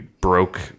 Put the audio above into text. broke